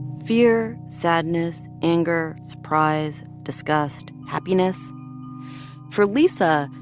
fear, sadness, anger, surprise, disgust, happiness for lisa,